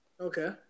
Okay